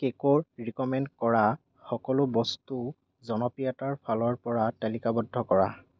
কেকৰ ৰিক'মেণ্ড কৰা সকলো বস্তু জনপ্ৰিয়তাৰ ফালৰ পৰা তালিকাবদ্ধ কৰা